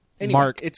Mark